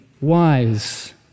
wise